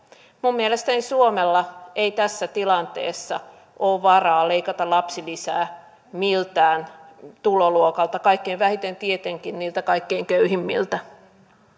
minun mielestäni suomella ei tässä tilanteessa ole varaa leikata lapsilisää miltään tuloluokalta kaikkein vähiten tietenkin niiltä kaikkein köyhimmiltä